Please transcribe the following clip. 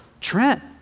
Trent